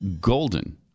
golden